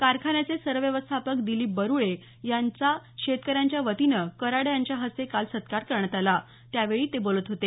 कारखान्याचे सरव्यवस्थापक दिलीप बरुळे यांचा शेतकऱ्यांच्या वतीनं कराड यांच्या हस्ते काल सत्कार करण्यात आला त्यावेळी ते बोलत होते